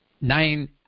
nine